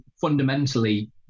fundamentally